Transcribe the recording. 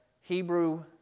Hebrew